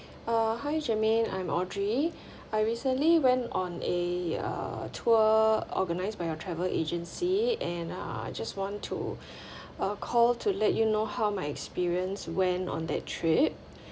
uh hi germaine I'm audrey I recently went on a uh tour organised by your travel agency and uh I just want to uh call to let you know how my experience went on that trip